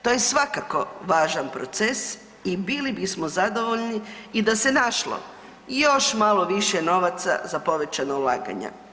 To je svakako važan proces i bili bismo zadovoljni i da se našlo i još malo više novaca za povećana ulaganja.